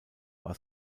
war